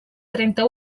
trenta